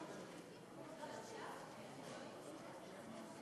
בעזרת השם, לסעיף הבא שעל סדר-היום: